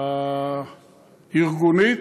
הארגונית,